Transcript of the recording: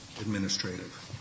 administrative